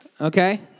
Okay